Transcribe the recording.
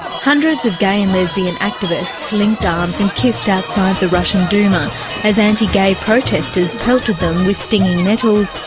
hundreds of gay and lesbian activists linked arms and kissed outside the russian duma as anti-gay protesters pelted them with stinging nettles,